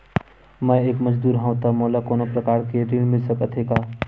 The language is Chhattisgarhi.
मैं एक मजदूर हंव त मोला कोनो प्रकार के ऋण मिल सकत हे का?